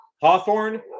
Hawthorne